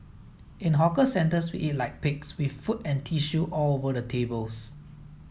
in hawker centres we eat like pigs with food and tissue all over the tables